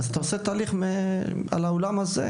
אתה עושה תהליך על האולם הזה,